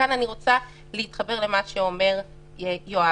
וכאן אני רוצה להתחבר למה שאומר יואב.